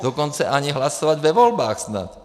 Dokonce ani hlasovat ve volbách snad.